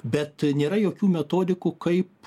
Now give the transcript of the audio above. bet nėra jokių metodikų kaip